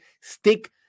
stick